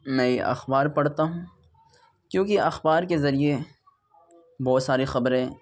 میں اخبار پڑھتا ہوں کیونکہ اخبار کے ذریعے بہت ساری خبریں